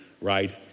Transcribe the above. right